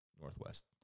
northwest